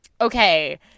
Okay